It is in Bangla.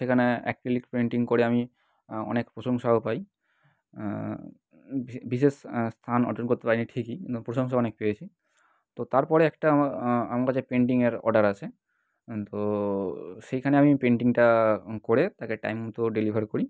সেখানে অ্যাক্রেলিক পেন্টিং করে আমি অনেক প্রশংসাও পাই বিশ বিশেষ স্থান অর্জন করতে পারি নি ঠিকই প্রশংসা অনেক পেয়েছি তো তারপরে একটা আমা আমার কাছে পেন্টিংয়ের একটা অর্ডার আসে তো সেইখানে আমি পেন্টিংটা করে তাকে টাইম মতো ডেলিভার করি